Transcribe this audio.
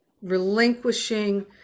relinquishing